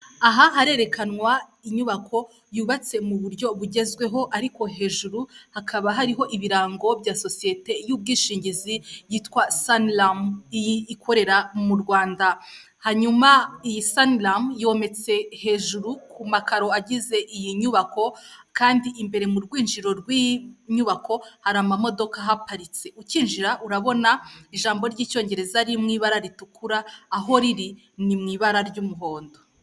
Aha harerekanwa inyubako yubatse mu buryo bugezweho ariko hejuru hakaba hariho ibirango bya sosiyete y'ubwishingizi yitwa saniramu ikorera mu Rwanda, hanyuma iyi saniramu yometse hejuru ku makaro agize iyi nyubako, kandi imbere mu rwinjiriro rw'inyubako hari amamodoka ahaparitse, ukinjira urabona ijambo ry'icyongereza riri mu ibara ritukura aho riri ni mu ibara ry'umuhondo.